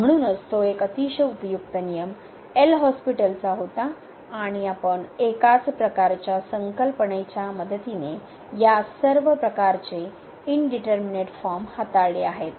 म्हणूनच तो एक अतिशय उपयुक्त नियम एल हॉस्पिटलचा होता आणि आपण एकाच प्रकारच्या संकल्पनेच्या मदतीने या सर्व प्रकारचे इंडिटरमिनेट फॉर्म हाताळले आहेत